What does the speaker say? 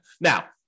Now